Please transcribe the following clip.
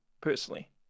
personally